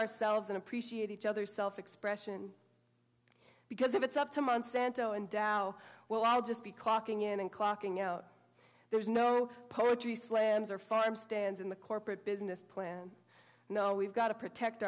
ourselves and appreciate each other's self expression because if it's up to months santo and dow well i'll just be clocking in and clocking out there's no poetry slams or farm stands in the corporate business plan no we've got to protect